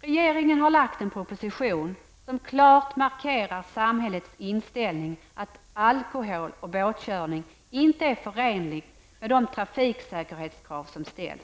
Regeringen har lagt en proposition som klart markerar samhällets inställning, dvs. att alkohol och båtkörning inte är förenligt med de trafiksäkerhetskrav som ställs.